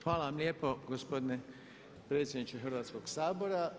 Hvala vam lijepo gospodine predsjedniče Hrvatskog sabora.